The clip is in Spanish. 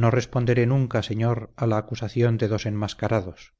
no responderé nunca señor a la acusación de dos enmascarados